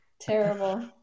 Terrible